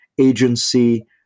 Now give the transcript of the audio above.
agency